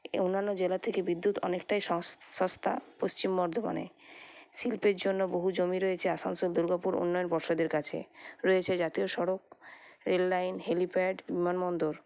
অন্যান্য জেলা থেকে বিদ্যুৎ অনেকটাই সস সস্তা পশ্চিম বর্ধমানে শিল্পের জন্য বহু জমি রয়েছে আসানসোল দুর্গাপুর উন্নয়ন পর্ষদের কাছে রয়েছে জাতীয় সড়ক রেললাইন হেলিপ্যাড বিমানবন্দর